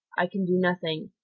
i can do nothing,